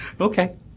Okay